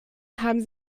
haben